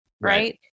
right